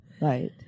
Right